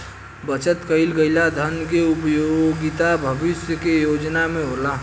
बचत कईल गईल धन के उपयोगिता भविष्य के योजना में होला